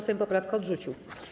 Sejm poprawkę odrzucił.